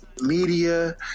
Media